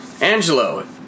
Angelo